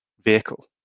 vehicle